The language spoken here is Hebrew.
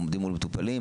עומדים מול מטופלים,